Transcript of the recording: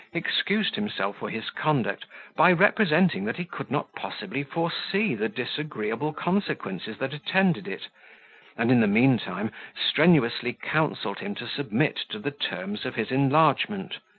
excused himself for his conduct by representing that he could not possibly foresee the disagreeable consequences that attended it and in the mean time strenuously counselled him to submit to the terms of his enlargement.